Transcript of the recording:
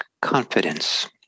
confidence